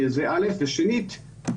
ושנית,